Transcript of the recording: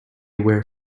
were